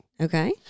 Okay